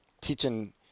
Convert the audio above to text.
Teaching